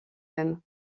même